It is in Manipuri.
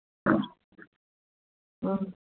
ꯎꯝ